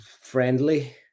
friendly